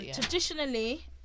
traditionally